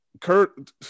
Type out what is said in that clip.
kurt